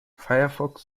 firefox